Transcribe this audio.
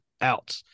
out